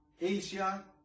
Asia